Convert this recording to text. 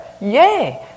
Yay